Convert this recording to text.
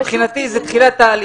מבחינתי זה תחילת תהליך.